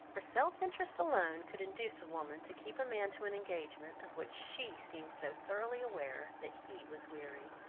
for self-interest alone could induce a woman to keep a man to an engagement, of which she seemed so thoroughly aware that he was weary.